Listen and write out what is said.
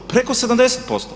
Preko 70%